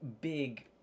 big